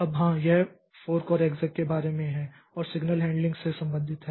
अब हां यह फोर्क और एक्सेक् के बारे में है और सिग्नल हैंडलिंग से संबंधित है